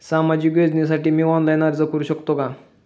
सामाजिक योजनेसाठी मी ऑनलाइन अर्ज करू शकतो का?